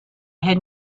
had